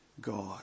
God